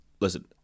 listen